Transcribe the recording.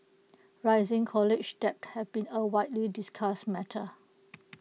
rising college debt have been A widely discussed matter